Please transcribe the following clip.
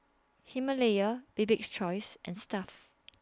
Himalaya Bibik's Choice and Stuff'd